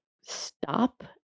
stop